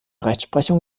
rechtsprechung